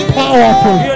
powerful